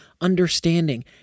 understanding